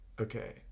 Okay